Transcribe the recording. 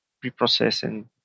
pre-processing